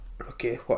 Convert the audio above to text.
okay